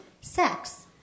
sex